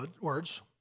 words